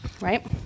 Right